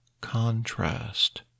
contrast